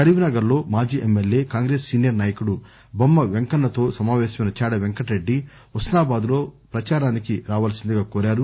కరీంనగర్ లో మాజీ MLA Congress senior నాయకుడు బొమ్మ పెంకన్న తో సమాపేశమైన చాడ పెంకట రెడ్డి హుస్పా బాద్ లో ప్రచారానికి రావలసిందిగా కోరారు